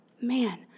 man